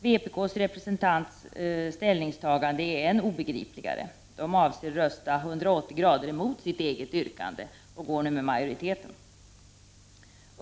Vpk:s representants ställningstagande är än obegripligare. De avser rösta 180” emot sitt eget yrkande och följer därmed majoriteten.